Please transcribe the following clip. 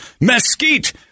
Mesquite